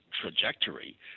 trajectory